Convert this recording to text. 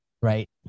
Right